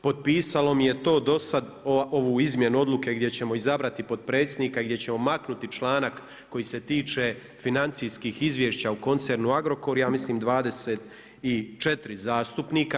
Potpisalo mi je to do sad ovu izmjenu odluke gdje ćemo izabrati potpredsjednika, gdje ćemo maknuti članak koji se tiče financijskih izvješća u koncernu Agrokor, ja mislim 24 zastupnika.